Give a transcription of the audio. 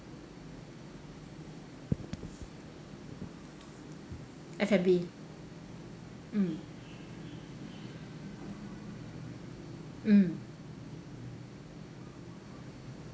F_N_B mm mm